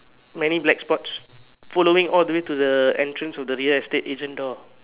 many black spots following all the way to the entrance of the real estate agent door